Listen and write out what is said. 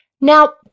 Now